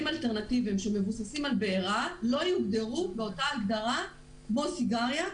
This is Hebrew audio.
אלטרנטיביים שמבוססים על בעירה לא יוגדרו באותה הגדרה כמו סיגריה,